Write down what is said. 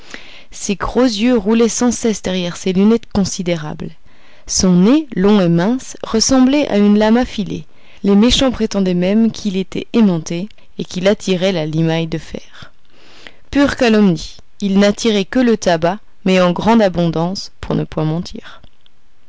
ses gros yeux roulaient sans cesse derrière des lunettes considérables son nez long et mince ressemblait à une lame affilée les méchants prétendaient même qu'il était aimanté et qu'il attirait la limaille de fer pure calomnie il n'attirait que le tabac mais en grande abondance pour ne point mentir